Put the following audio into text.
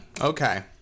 Okay